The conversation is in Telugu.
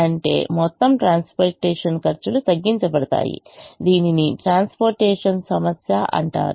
అంటే మొత్తం ట్రాన్స్పోర్టేషన్ ఖర్చులు తగ్గించబడతాయి దీనిని ట్రాన్స్పోర్టేషన్ సమస్య అంటారు